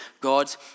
God